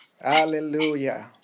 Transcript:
Hallelujah